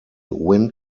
wind